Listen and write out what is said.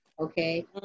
okay